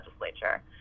Legislature